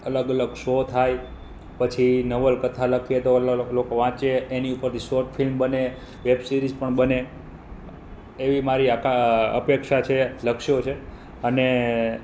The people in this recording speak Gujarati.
અલગ અલગ શો થાય પછી નવલકથા લખીએ તો લોકો વાંચે એની ઉપરથી શોટ ફિલ્મ બને વેબસીરિઝ પણ બને એવી મારી અપેક્ષા છે લક્ષ્યો છે અને